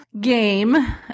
game